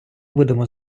будемо